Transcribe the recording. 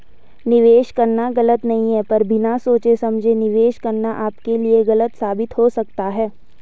निवेश करना गलत नहीं है पर बिना सोचे समझे निवेश करना आपके लिए गलत साबित हो सकता है